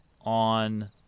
on